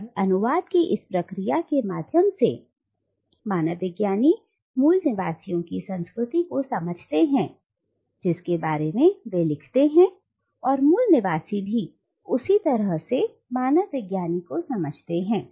और अनुवाद की इस प्रक्रिया के माध्यम से मानव विज्ञानी मूल निवासियों की संस्कृति को समझते हैं जिसके बारे में वे लिखते हैं और मूलनिवासी भी उसी तरह से मानव विज्ञानी को समझते हैं